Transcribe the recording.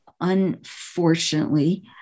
unfortunately